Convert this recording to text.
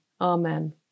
Amen